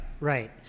Right